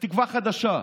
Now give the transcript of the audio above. תקווה חדשה אומר,